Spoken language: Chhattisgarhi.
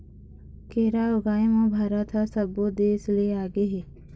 केरा ऊगाए म भारत ह सब्बो देस ले आगे हे